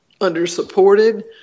undersupported